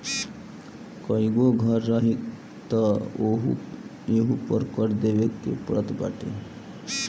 कईगो घर रही तअ ओहू पे कर देवे के पड़त बाटे